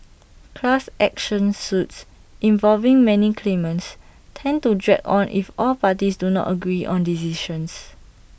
class action suits involving many claimants tend to drag on if all parties do not agree on decisions